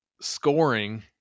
scoring